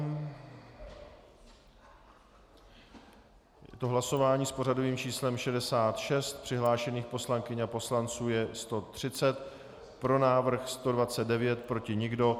Je to hlasování s pořadovým číslem 66, přihlášených poslankyň a poslanců je 130, pro návrh 129, proti nikdo.